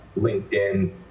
LinkedIn